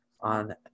on